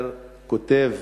כותב